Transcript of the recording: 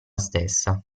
stessa